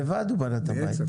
לבד הוא בנה את הבית.